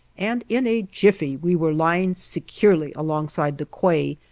and in a jiffy we were lying securely alongside the quay,